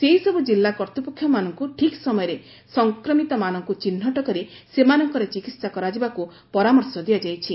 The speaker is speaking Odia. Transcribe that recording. ସେହିସବୁ ଜିଲ୍ଲା କର୍ତ୍ତପକ୍ଷମାନଙ୍କୁ ଠିକ୍ ସମୟରେ ସଂକ୍ରମିତମାନଙ୍କୁ ଚିହ୍ନଟ କରି ସେମାନଙ୍କର ଚିକିତ୍ସା କରାଯିବାକୁ ପରାମର୍ଶ ଦିଆଯାଇଛି